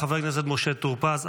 חבר הכנסת משה טור פז,